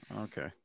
Okay